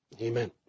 Amen